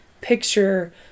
picture